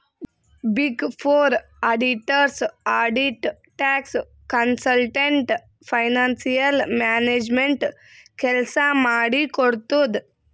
big four auditors audit, tax, consultant, financial management ಕೆಲ್ಸ ಮಾಡಿ ಕೊಡ್ತುದ್